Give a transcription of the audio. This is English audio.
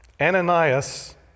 Ananias